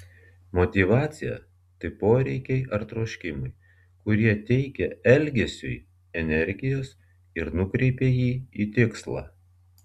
motyvacija tai poreikiai ar troškimai kurie teikia elgesiui energijos ir nukreipia jį į tikslą